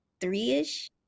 three-ish